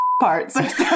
parts